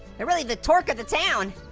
they're really the torque of the town.